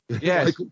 Yes